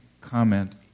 comment